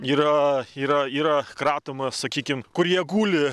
yra yra yra kratoma sakykim kur jie guli